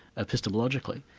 epistemologically.